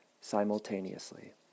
simultaneously